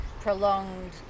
prolonged